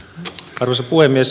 arvoisa puhemies